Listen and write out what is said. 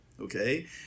okay